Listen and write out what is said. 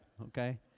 okay